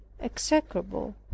execrable